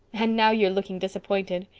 and now you're looking disappointed.